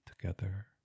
together